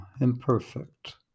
imperfect